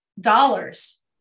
dollars